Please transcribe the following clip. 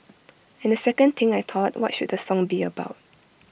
and the second thing I thought what should the song be about